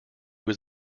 was